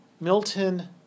Milton